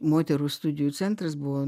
moterų studijų centras buvo